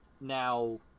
Now